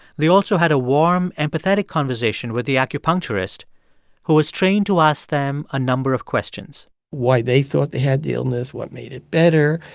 they also had a warm, empathetic conversation with the acupuncturist who was trained to ask them a number of questions why they thought they had the illness, what made it better,